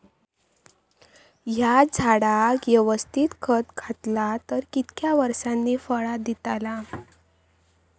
हया झाडाक यवस्तित खत घातला तर कितक्या वरसांनी फळा दीताला?